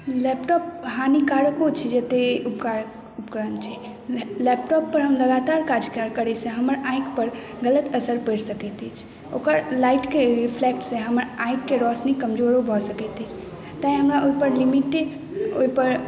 laptop हानिकारको छै जते उपकारक उपकरण छै लैपटॉप पर हम लगातार काज करय सॅं हमर ऑंखि पर गलत असर परि सकैत अछि ओकर लाइट के रिफलेक्ट सॅं हमर ऑंखि के रोशनी कमजोरो भऽ सकैया तैं हमरा ओहि पर लिमिटेड ओहि पर